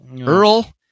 Earl